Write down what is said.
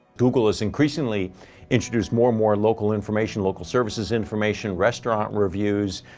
google has increasingly introduced more more local information, local services information, restaurant reviews.